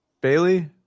Bailey